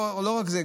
לא רק זה,